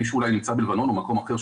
מי שנמצא בלבנון או במקום אחר,